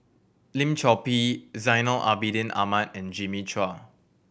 Lim Chor Pee Zainal Abidin Ahmad and Jimmy Chua